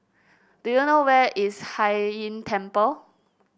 do you know where is Hai Inn Temple